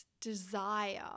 desire